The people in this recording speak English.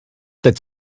that